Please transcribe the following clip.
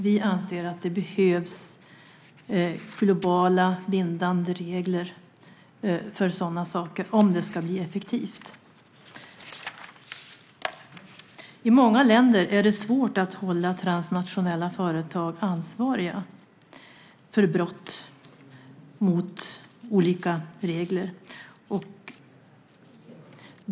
Vi anser att det behövs globala bindande regler för sådana saker om det ska bli effektivt. I många länder är det svårt att hålla transnationella företag ansvariga för brott mot olika regler.